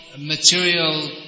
material